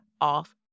off